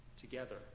together